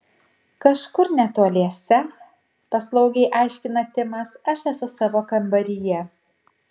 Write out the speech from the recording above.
kažkur netoliese paslaugiai aiškina timas aš esu savo kambaryje